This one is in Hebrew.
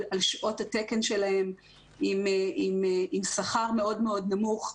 שעות התקן שלהם עם שכר מאוד מאוד נמוך.